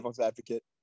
advocate